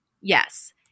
Yes